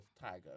Tiger